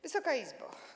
Wysoka Izbo!